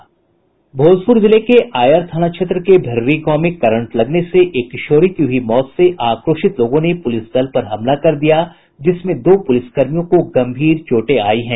भोजपुर जिले के आयर थाना क्षेत्र के भेड़री गांव में करंट लगने से एक किशोरी की हुयी मौत से आक्रोशित लोगों ने पुलिस दल पर हमला कर दिया जिसमें दो पुलिसकर्मियों को गंभीर चोटें आयी हैं